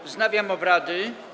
Wznawiam obrady.